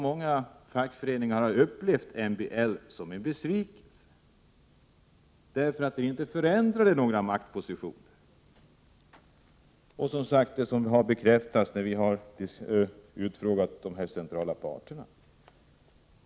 Många fackföreningar har upplevt MBL som en besvikelse, eftersom den inte förändrade maktpositionerna. Detta har, som jag nämnt tidigare, bekräftats vid våra utfrågningar av de centrala parterna.